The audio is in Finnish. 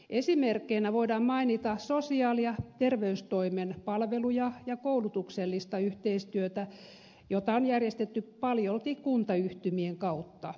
esimerkkeinä voidaan mainita sosiaali ja terveystoimen palvelut ja koulutuksellinen yhteistyö joita on järjestetty paljolti kuntayhtymien kautta